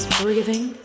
breathing